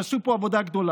שעשו פה עבודה גדולה.